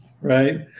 right